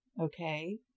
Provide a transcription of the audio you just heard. okay